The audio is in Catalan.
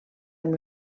amb